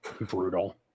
Brutal